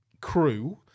crew